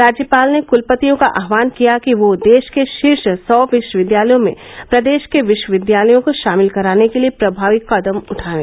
राज्यपाल ने कुलपतियों का आहवान किया कि वह देष के षीर्श सौ विष्वविद्यालयों में प्रदेष के विष्वविद्यालयों को षामिल कराने के लिए प्रभावी कदम उठायें